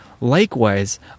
Likewise